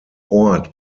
ort